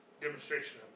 Demonstration